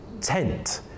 tent